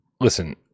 Listen